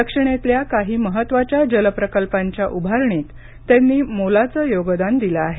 दक्षिणेतल्या काही महत्त्वाच्या जलप्रकल्पांच्या उभारणीत त्यांनी मोलाचं योगदान दिलं आहे